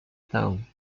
town